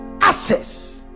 access